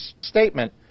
statement